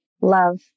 love